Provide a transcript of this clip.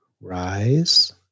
rise